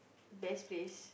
best place